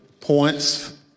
points